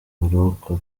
buroko